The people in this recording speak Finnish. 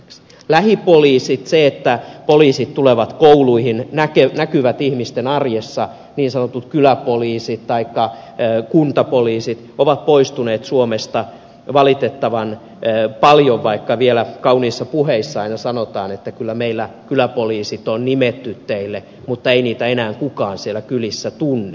lähipoliisit se että poliisit tulevat kouluihin näkyvät ihmisten arjessa niin sanotut kyläpoliisit taikka kuntapoliisit ovat poistuneet suomesta valitettavan paljolti vaikka vielä kauniissa puheissa aina sanotaan että kyllä meillä kyläpoliisit on nimetty teille mutta ei niitä enää kukaan siellä kylissä tunne